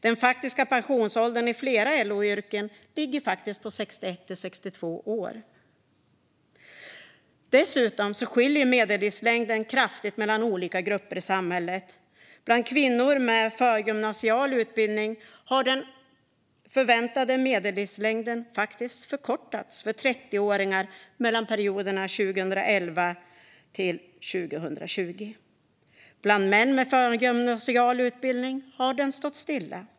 Den faktiska pensionsåldern i flera LO-yrken ligger faktiskt på 61-62 år. Dessutom skiljer sig medellivslängden kraftigt åt mellan olika grupper i samhället. Bland kvinnor med förgymnasial utbildning har den förväntade medellivslängden faktiskt förkortats för 30åringar mellan perioderna under 2011-2020. Bland män med förgymnasial utbildning har den stått stilla.